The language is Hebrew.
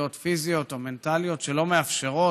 נכויות פיזיות או מנטליות שלא מאפשרות